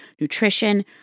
nutrition